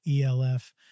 ELF